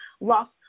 lost